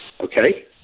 Okay